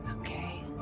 Okay